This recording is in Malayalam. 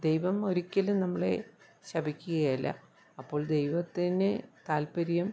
ദൈവം ഒരിക്കലും നമ്മളെ ശപിക്കുകയില്ല അപ്പോൾ ദൈവത്തിന് താൽപ്പര്യം